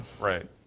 right